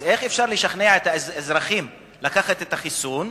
איך אפשר לשכנע את האזרחים לקחת את החיסון